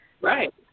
Right